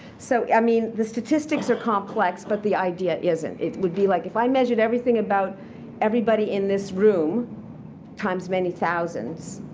so i mean the statistics are complex, but the idea isn't. it would be like if i measured everything about everybody in this room times many thousands,